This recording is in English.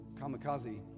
kamikaze